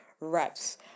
reps